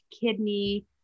kidney